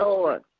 Lord